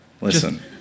Listen